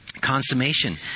consummation